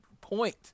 point